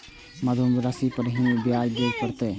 मुलधन राशि पर ही नै ब्याज दै लै परतें ने?